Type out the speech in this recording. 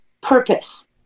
purpose